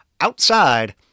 outside